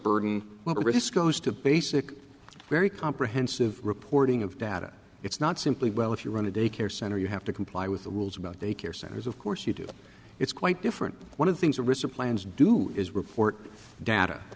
burden riscos to basic very comprehensive reporting of data it's not simply well if you run a daycare center you have to comply with the rules about daycare centers of course you do it's quite different one of the things a recent plans do is report data